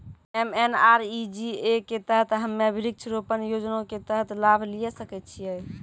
MNREGA के तहत हम्मय वृक्ष रोपण योजना के तहत लाभ लिये सकय छियै?